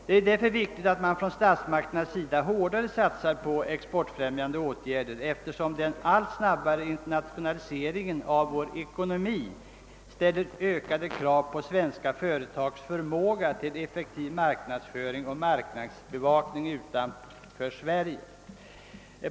Det är därför viktigt att statsmakterna hårdare satsar på exportfrämjande åtgärder, eftersom den allt snabbare internationaliseringen av vår ekonomi ställer ökade krav på svenska företags förmåga till effektiv marknadsföring och marknadsbevakning utanför Sverige.